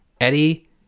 Eddie